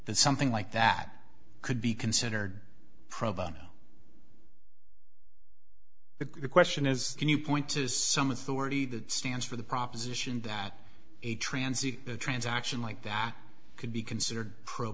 that something like that could be considered pro bono the question is can you point to some authority that stands for the proposition that a transit transaction like that could be considered pro